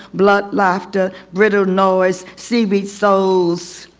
blood laughter, brittle noise. seepy souls.